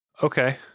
Okay